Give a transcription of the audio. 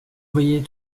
voyais